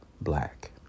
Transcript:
black